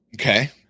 Okay